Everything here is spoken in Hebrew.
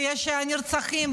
ויש נרצחים,